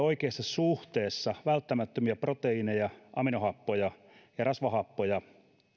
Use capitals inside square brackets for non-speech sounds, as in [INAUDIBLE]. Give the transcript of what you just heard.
[UNINTELLIGIBLE] oikeassa suhteessa välttämättömiä proteiineja aminohappoja ja rasvahappoja